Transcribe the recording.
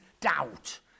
doubt